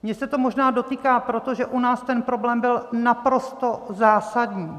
Mě se to možná dotýká proto, že u nás ten problém byl naprosto zásadní.